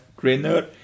trainer